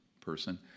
person